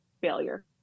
failure